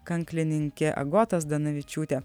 kanklininkė agota zdanavičiūtė